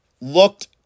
looked